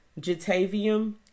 Jatavium